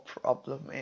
problem